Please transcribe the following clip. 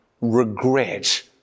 regret